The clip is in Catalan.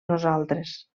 nosaltres